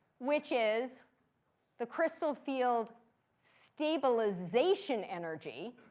which is the crystal field stabilization energy.